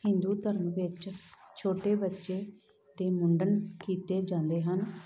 ਹਿੰਦੂ ਧਰਮ ਵਿੱਚ ਛੋਟੇ ਬੱਚੇ ਦੇ ਮੁੰਡਨ ਕੀਤੇ ਜਾਂਦੇ ਹਨ